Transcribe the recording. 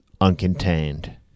uncontained